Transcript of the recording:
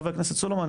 חבר הכנסת סולומון,